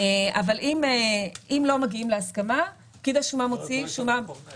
אין הסכמה, פקיד השומה הפעם